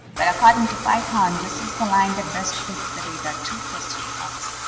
but according to python, this is the line that best fits the data, two plus three x.